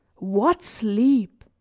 what sleep!